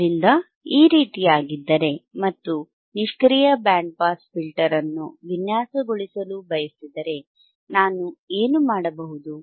ಆದ್ದರಿಂದ ಈ ರೀತಿಯಾಗಿದ್ದರೆ ಮತ್ತು ನಿಷ್ಕ್ರಿಯ ಬ್ಯಾಂಡ್ ಪಾಸ್ ಫಿಲ್ಟರ್band pass filter ಅನ್ನು ವಿನ್ಯಾಸಗೊಳಿಸಲು ಬಯಸಿದರೆ ನಾನು ಏನು ಮಾಡಬಹುದು